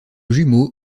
jumeau